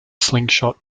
slingshot